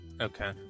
Okay